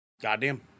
Goddamn